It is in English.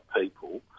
people